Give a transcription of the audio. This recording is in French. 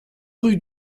rue